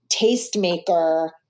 tastemaker